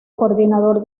coordinador